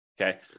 Okay